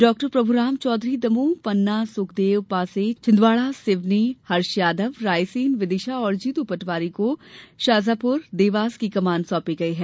डॉ प्रभुराम चौधरी दमोह पन्ना सुखदेव पांसे छिन्दवाड़ा सिवनी हर्ष यादव रायसेन विदिशा और जीतू पटवारी को शाजापुर देवास की कमान सौंपी गयी है